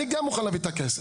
אני גם מוכן להביא את הכסף.